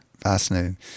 Fascinating